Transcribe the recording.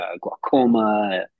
glaucoma